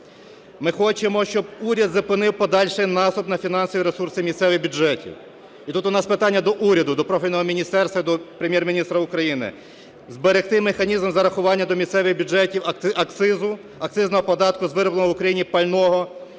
Ми хочемо, щоб уряд зупинив подальший наступ на фінансові ресурси місцевих бюджетів. І тут у нас питання до уряду, до профільного міністерства і до Прем'єр-міністра України, зберегти механізм зарахування до місцевих бюджетів акцизу, акцизного податку з виробленого в Україні пального